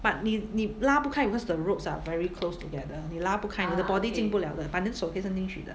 but 你你拉不开 because the ropes are very close together 你拉不开的 the body 进不了的 but then 手可以伸进去的